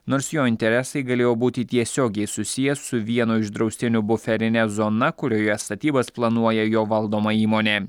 nors jo interesai galėjo būti tiesiogiai susiję su vieno iš draustinių buferine zona kurioje statybas planuoja jo valdoma įmonė